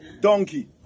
Donkey